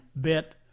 bit